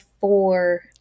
four